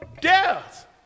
death